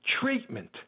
treatment